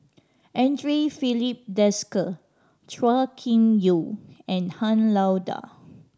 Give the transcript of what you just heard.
Andre Filipe Desker Chua Kim Yeow and Han Lao Da